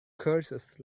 curses